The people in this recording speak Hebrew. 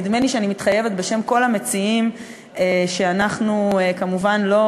נדמה לי שאני מתחייבת בשם כל המציעים שאנחנו כמובן לא,